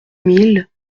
mille